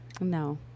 No